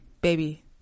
Baby